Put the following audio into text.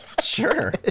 Sure